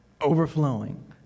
overflowing